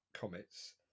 comets